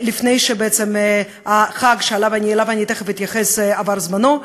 לפני שבעצם החג שאליו אני תכף אתייחס יעבור זמנו.